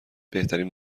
بهترین